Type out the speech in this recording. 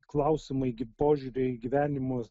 klausimai gi požiūriai į gyvenimą